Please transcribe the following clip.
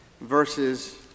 verses